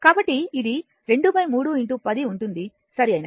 కాబట్టి ఇది ⅔10 ఉంటుంది సరైనది